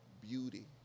beauty